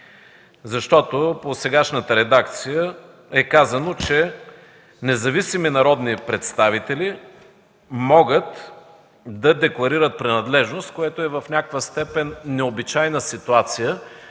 защото от сегашната редакция е казано, че независими народни представители могат да декларират принадлежност, което е в някаква степен необичайна ситуация,